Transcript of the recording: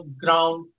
ground